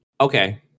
Okay